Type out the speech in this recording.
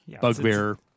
bugbear